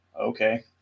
okay